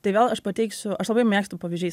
tai vėl aš pateiksiu aš labai mėgstu pavyzdžiais